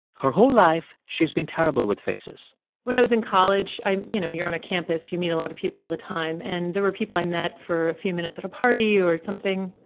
her whole life, she's been terrible with faces when i was in college, i you know, you're on a campus, you meet a lot of people all the time. and there were people i met for a few minutes at a party or something,